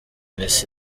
messi